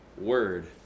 word